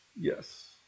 Yes